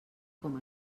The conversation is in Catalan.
com